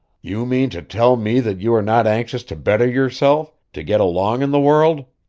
you mean to tell me that you are not anxious to better yourself, to get along in the world?